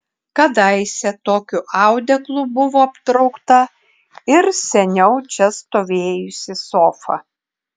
kadaise tokiu audeklu buvo aptraukta ir seniau čia stovėjusi sofa